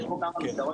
(מצגת).